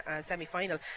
semi-final